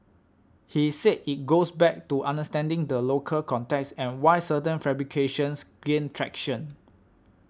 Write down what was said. he said it goes back to understanding the local context and why certain fabrications gain traction